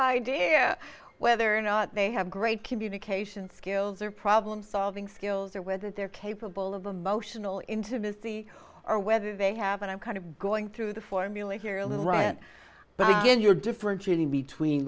idea whether or not they have great communication skills or problem solving skills or whether they're capable of emotional intimacy or whether they have and i'm kind of going through the formulae here a little rant but again you're differentiating between